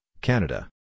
Canada